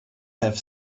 have